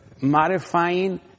modifying